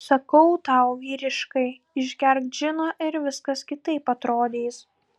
sakau tau vyriškai išgerk džino ir viskas kitaip atrodys